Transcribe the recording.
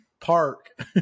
park